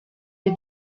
est